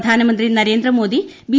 പ്രധാനമന്ത്രി നരേന്ദ്രമോദി ബി